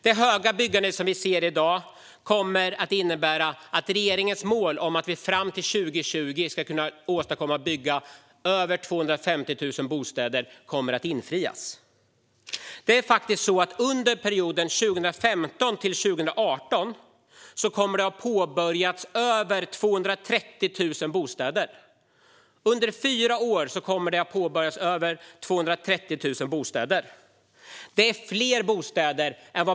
Det stora bostadsbyggande som vi ser i dag kommer att innebära att regeringens mål om att fram till 2020 bygga över 250 000 bostäder kommer att infrias. Under perioden 2015-2018 kommer faktiskt byggandet av över 230 000 bostäder att ha påbörjats. Byggandet av över 230 000 bostäder kommer att ha påbörjats under fyra år.